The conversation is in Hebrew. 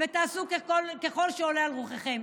ותעשו ככל שעולה על רוחכם.